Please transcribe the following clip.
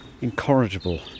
incorrigible